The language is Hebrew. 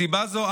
מסיבה זו,